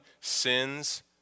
sins